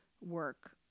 work